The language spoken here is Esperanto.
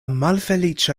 malfeliĉa